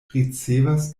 ricevas